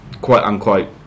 quite-unquote